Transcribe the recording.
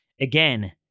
Again